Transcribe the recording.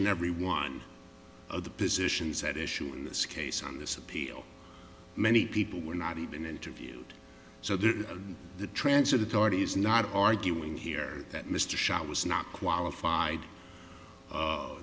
and every one of the positions at issue in this case on this appeal many people were not even interviewed so that the transit authority is not arguing here that mr shot was not qualified